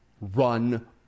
Run